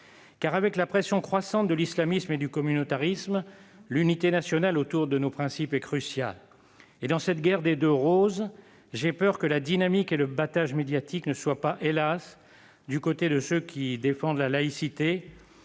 car, avec la pression croissante de l'islamisme et du communautarisme, l'unité nationale autour de nos principes est cruciale. Et dans cette guerre des deux roses, j'ai peur que la dynamique et le battage médiatique ne soient pas, hélas, du côté de ceux qui défendent la laïcité-